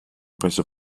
preso